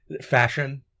Fashion